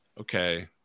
okay